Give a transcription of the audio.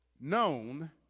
known